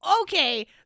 Okay